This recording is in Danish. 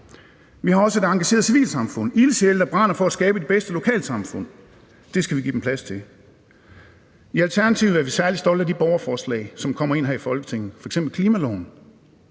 Vi har også et engageret civilsamfund, ildsjæle, der brænder for at skabe det bedste lokalsamfund, og det skal vi give dem plads til. I Alternativet er vi særlig stolte af de borgerforslag, som kommer ind her i Folketinget, f.eks. klimaloven,